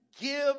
give